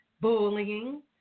bullying